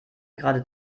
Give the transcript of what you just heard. gerade